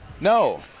No